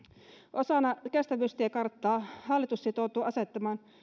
osana kestävyystiekarttaa hallitus sitoutuu asettamaan